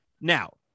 Now